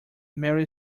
mary